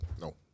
No